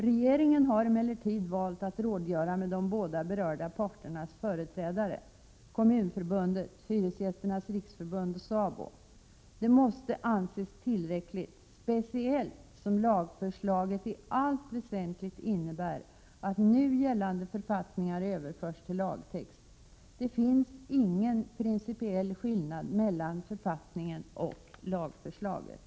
Regeringen har emellertid valt att rådgöra med de båda berörda parternas företrädare — Kommunförbundet, Hyresgästernas riksförbund och SABO. Det måste anses vara tillräckligt, speciellt som lagförslaget i allt väsentligt innebär att nu gällande författningar överförs till lagtext. Det finns ingen principiell skillnad mellan författningen och lagförslaget.